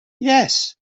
yes